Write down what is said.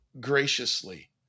graciously